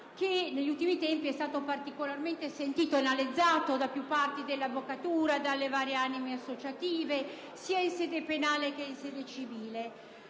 che negli ultimi tempi è stato particolarmente sentito e analizzato da più parti dell'avvocatura e dalle varie anime associative, sia in sede penale che in sede civile.